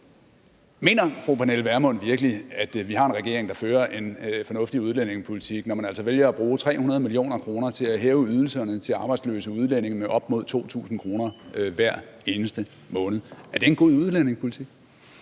Mener fru Pernille Vermund virkelig, at vi har en regering, der fører en fornuftig udlændingepolitik, når man altså vælger at bruge 300 mio. kr. på at hæve ydelserne til arbejdsløse udlændinge med op mod 2.000 kr. hver eneste måned? Er det en god udlændingepolitik?